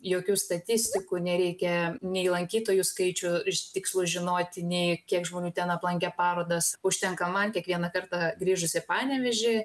jokių statistikų nereikia nei lankytojų skaičių tikslų žinoti nei kiek žmonių ten aplankė parodas užtenka man kiekvieną kartą grįžus į panevėžį